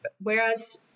Whereas